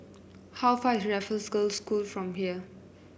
how far is Raffles Girls' School from here